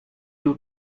you